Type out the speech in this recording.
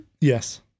Yes